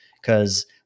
because-